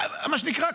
מה שנקרא,